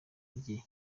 rye